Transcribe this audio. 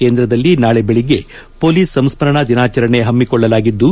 ಕೇಂದ್ರದಲ್ಲಿ ನಾಳಿ ಬೆಳಗ್ಗೆ ಹೊಲೀಸ್ ಸಂಸ್ಗರಣಾ ದಿನಾಚರಣೆ ಹಮ್ನಿಕೊಳ್ಳಲಾಗಿದ್ದು